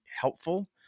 helpful